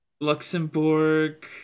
Luxembourg